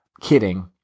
kidding